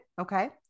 okay